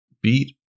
beat